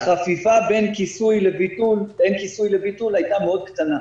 החפיפה בין כיסוי לביטול הייתה מאוד קטנה.